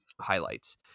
highlights